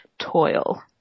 toil